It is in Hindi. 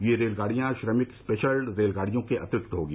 ये रेलगाड़ियां श्रमिक स्पेशल रेलगाड़ियों के अतिरिक्त होंगी